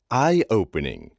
eye-opening